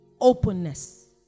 openness